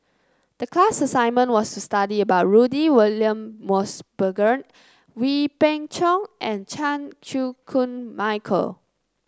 the class assignment was to study about Rudy William Mosbergen Wee Beng Chong and Chan Chew Koon Michael